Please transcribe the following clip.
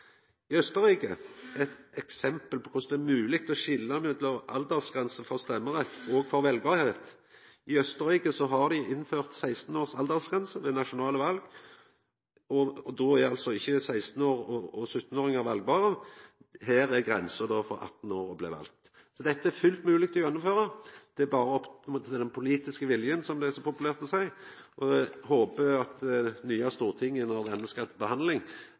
i Austerrike er eit eksempel på korleis det er mogleg å skilja mellom aldersgrensene for stemmerett og valbarheit. I Austerrike har dei innført 16 års aldersgrense ved nasjonale val, men 16-åringar og 17-åringar er ikkje valbare. Grensa for å bli valt er 18 år. Så dette er fullt mogleg å gjennomføra, det er berre opp til den politiske viljen, som det er så populært å seia. Eg håpar at det nye stortinget, når dette skal til behandling,